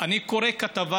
אני קורא כתבה